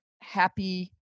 happy